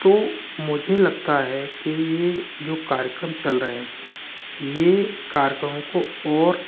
तो मुझे लगता है कि यह जो कार्यक्रम चल रहे हैं यह कार्यक्रमों को और